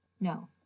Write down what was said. No